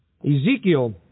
Ezekiel